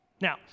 Now